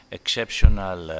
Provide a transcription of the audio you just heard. exceptional